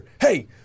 hey